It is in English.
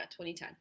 2010